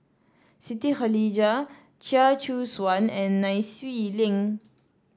Siti Khalijah Chia Choo Suan and Nai Swee Leng